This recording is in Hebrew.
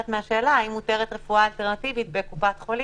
מהשאלה אם מותרת רפואה אלטרנטיבית בקופת חולים.